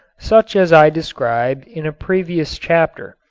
such as i described in a previous chapter.